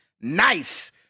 nice